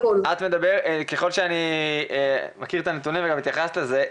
ככל שאני מכיר את הנתונים וגם התייחסת לזה,